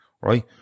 right